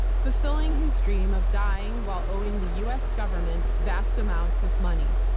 fulfilling his dream of dying while owing the us government vast amounts of money.